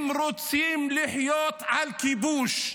הם רוצים לחיות על כיבוש.